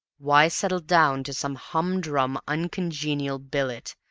why settle down to some humdrum uncongenial billet,